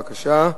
בבקשה.